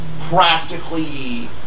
practically